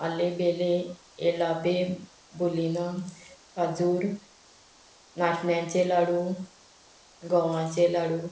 आलें बेलें येलापे बुलिना काजूर नाशण्याचे लाडू गोवाचे लाडू